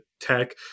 tech